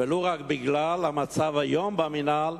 ולו רק בגלל המצב היום במינהל.